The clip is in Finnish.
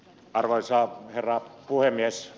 arvoisa herra puhemies